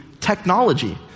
technology